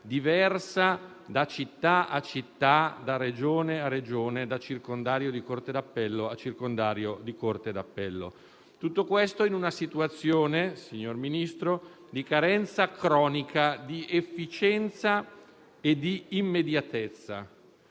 diversa da città a città, da Regione a Regione, da circondario di corte d'appello a circondario di corte d'appello. Tutto questo, signor Ministro, in una situazione di carenza cronica di efficienza e di immediatezza.